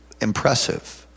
impressive